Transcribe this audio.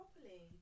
properly